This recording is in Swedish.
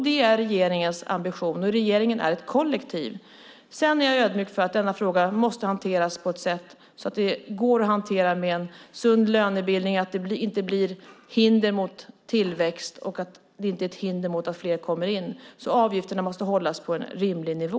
Det är regeringens ambition, och regeringen är ett kollektiv. Sedan är jag ödmjuk inför att denna fråga måste hanteras på sådant sätt att den går att kombinera med en sund lönebild, att den inte blir ett hinder mot tillväxt och att den inte blir ett hinder mot att fler kommer in. Avgifterna måste hållas på en rimlig nivå.